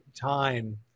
time